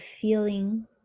feeling